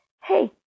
hey